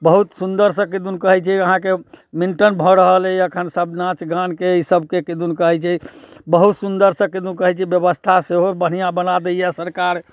बहुत सुंदर से किदन कहै छै अहाँके मेंटेन भऽ रहल अछि अखन सभ नाच गानके इसभके किदन कहै छै बहुत सुंदर से किदन कहै छै व्यवस्था सेहो बढ़ियाँ बना दैयै सरकार